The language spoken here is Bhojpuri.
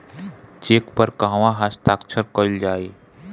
चेक पर कहवा हस्ताक्षर कैल जाइ?